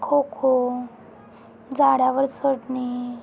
खो खो झाडावर चढणे